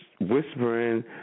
whispering